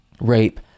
rape